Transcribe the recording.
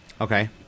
Okay